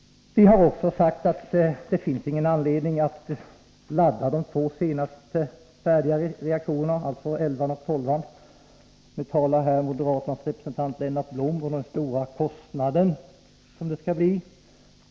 Vi har också sagt att det inte finns någon anledning att ladda de två senast färdiga reaktorerna, elvan och tolvan. Nu talade moderaternas representant Lennart Blom om den stora kostnad som detta skulle medföra.